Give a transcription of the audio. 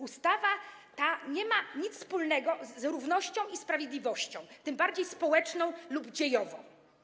Ustawa ta nie ma nic wspólnego z równością i sprawiedliwością, tym bardziej społeczną lub dziejową.